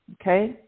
okay